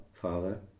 Father